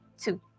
Two